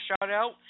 shout-out